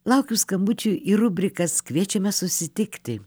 laukiu skambučių į rubrikas kviečiame susitikti